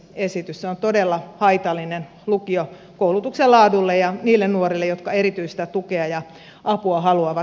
se on todella haitallinen lukiokoulutuksen laadulle ja niille nuorille jotka erityistä tukea ja apua haluavat